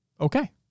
Okay